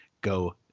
go